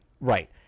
right